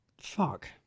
Fuck